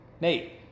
Nate